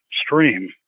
stream